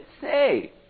say